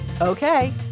okay